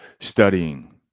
studying